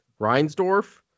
Reinsdorf